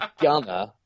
Gunner